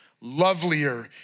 lovelier